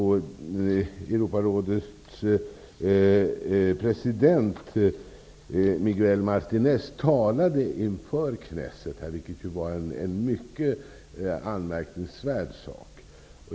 Europarådets president Miguel Martinez talade inför Knesset, vilket var en mycket anmärkningsvärd sak.